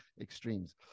extremes